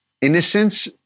innocence